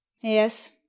yes